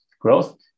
growth